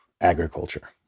agriculture